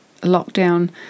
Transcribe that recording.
lockdown